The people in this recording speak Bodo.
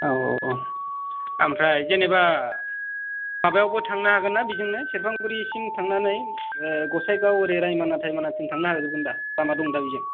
औ औ औ आमफ्राय जेनेबा माबायावबो थांनो हागोन ना बेजोंनो सेरफांगुरिसिम थांनानै ओह गसाइगाव ओरै रायमना थाइमना थांनो हाजोबगोन दा लामा दंदा बिजों